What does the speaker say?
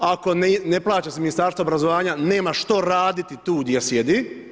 Ako ne plaća se iz Ministarstva obrazovanja nema što raditi tu gdje sjedi.